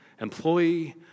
employee